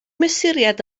mesuriad